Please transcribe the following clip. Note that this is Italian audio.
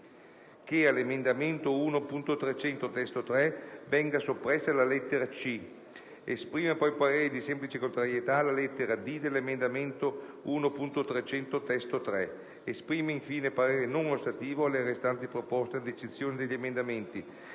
che all'emendamento 1.300 (testo 3) venga soppressa la lettera *c)*. Esprime poi parere di semplice contrarietà sulla lettera *d)* dell'emendamento 1.300 (testo 3). Esprime infine parere non ostativo sulle restanti proposte, ad eccezione degli emendamenti